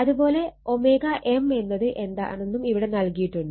അത് പോലെ M എന്നത് ഇതാണെന്നും ഇവിടെ നൽകിയിട്ടുണ്ട്